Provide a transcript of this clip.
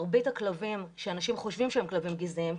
מרבית הכלבים שאנשים חושבים שהם כלבים גזעיים,